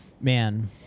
Man